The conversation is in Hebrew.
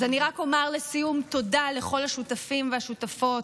אז אני רק אומר לסיום תודה לכל השותפים והשותפות: